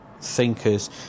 thinkers